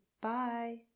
bye